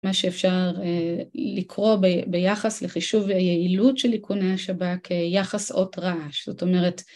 מה שאפשר לקרוא ביחס לחישוב ויעילות של איכוני השבכ יחס אות רעש, זאת אומרת